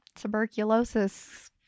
tuberculosis